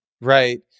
right